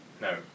No